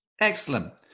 Excellent